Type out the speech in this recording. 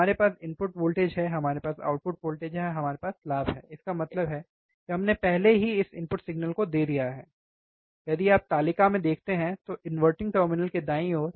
हमारे पास input voltage है हमारे पास आउटपुट वोल्टेज है हमारे पास लाभ है इसका मतलब है कि हमने पहले ही इस इनपुट सिग्नल को दे दिया है यदि आप तालिका में देखते हैं तो इन्वर्टिंग टर्मिनल के दाईं ओर